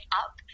up